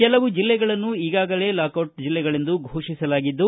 ಕೆಲವು ಜಿಲ್ಲೆಗಳನ್ನು ಈಗಾಗಲೇ ಲಾಕ್ಡಿಟ್ ಜಿಲ್ಲೆಗಳೆಂದು ಘೋಷಿಸಲಾಗಿದ್ದು